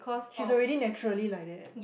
she's already naturally like that